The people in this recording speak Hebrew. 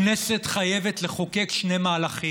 הכנסת חייבת לחוקק שני מהלכים: